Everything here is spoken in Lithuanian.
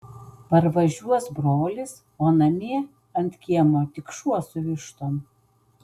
parvažiuos brolis o namie ant kiemo tik šuo su vištom